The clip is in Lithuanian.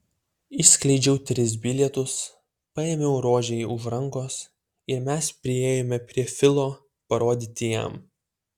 išskleidžiau tris bilietus paėmiau rožei už rankos ir mes priėjome prie filo parodyti jam